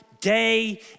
day